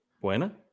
Buena